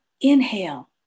inhale